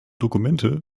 dokumente